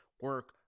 Work